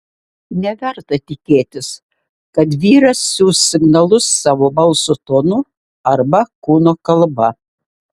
neverta tikėtis kad vyras siųs signalus savo balso tonu arba kūno kalba